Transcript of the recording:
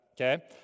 okay